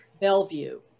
Bellevue